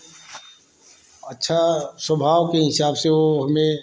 अच्छा स्वभाव के हिसाब से वे हमें